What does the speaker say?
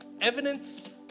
evidence